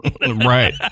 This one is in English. Right